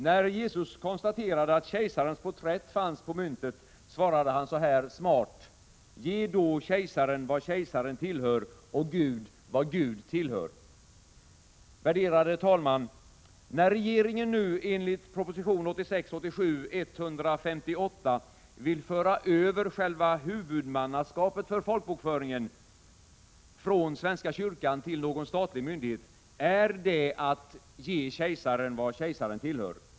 När Jesus konstaterade att kejsarens porträtt fanns på myntet, svarade han så här smart: ”Ge då kejsaren vad kejsaren tillhör, och Gud vad Gud tillhör.” Fru talman! När regeringen nu enligt proposition 1986/87:158 vill föra över själva huvudmannaskapet för folkbokföringen från svenska kyrkan till någon stalig myndighet är det att ”ge kejsaren vad kejsaren tillhör”.